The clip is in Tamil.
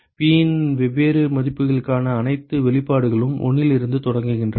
P இன் வெவ்வேறு மதிப்புகளுக்கான அனைத்து வெளிப்பாடுகளும் 1 லிருந்து தொடங்குகின்றன